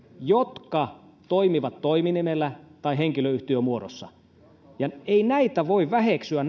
jotka toimivat toiminimellä tai henkilöyhtiömuodossa ei näitä yrittäjiä voi väheksyä